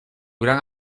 gran